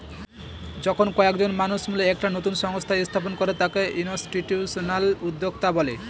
যখন কয়েকজন মানুষ মিলে একটা নতুন সংস্থা স্থাপন করে তাকে ইনস্টিটিউশনাল উদ্যোক্তা বলে